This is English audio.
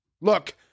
Look